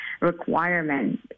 requirement